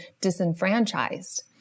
disenfranchised